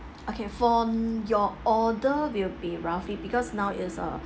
okay for your order will be roughly because now it's err